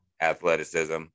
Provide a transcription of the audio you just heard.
athleticism